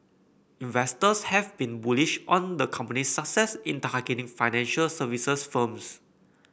investors have been bullish on the company's success in targeting financial services firms